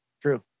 True